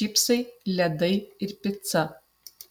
čipsai ledai ir pica